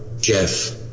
Jeff